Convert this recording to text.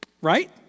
Right